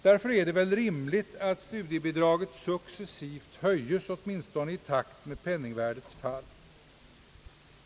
Därför är det väl rimligt att studiemedelsbidraget successivt höjes åtminstone i takt med penningvärdets fall.